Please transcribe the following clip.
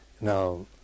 Now